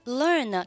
learn